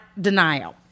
denial